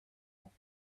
off